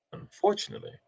Unfortunately